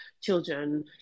children